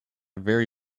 very